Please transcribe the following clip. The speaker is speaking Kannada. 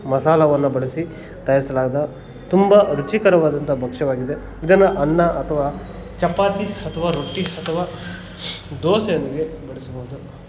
ಮಸಾಲವನ್ನು ಬಳಸಿ ತಯಾರಿಸಲಾದ ತುಂಬ ರುಚಿಕರವಾದಂಥ ಭಕ್ಷವಾಗಿದೆ ಇದನ್ನು ಅನ್ನ ಅಥವಾ ಚಪಾತಿ ಅಥವಾ ರೊಟ್ಟಿ ಅಥವಾ ದೋಸೆಯೊಂದಿಗೆ ಬಳಸ್ಬೌದು